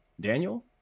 Daniel